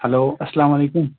hello السلام علیکُم